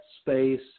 space